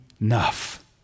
enough